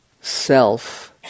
self